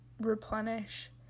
replenish